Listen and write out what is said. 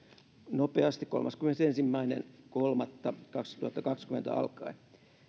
nopeasti kolmaskymmenesensimmäinen kolmatta kaksituhattakaksikymmentä alkaen